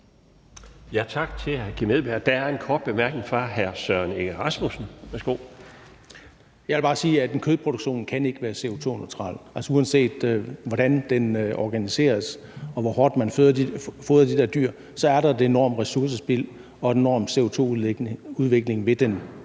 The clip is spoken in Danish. fra hr. Søren Egge Rasmussen. Værsgo. Kl. 15:28 Søren Egge Rasmussen (EL): Jeg vil bare sige, at en kødproduktion ikke kan være CO2-neutral. Uanset hvordan den organiseres og hvor hårdt man fodrer de der dyr, så er der et enormt ressourcespild og en enorm CO2-udvikling ved den